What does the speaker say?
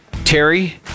terry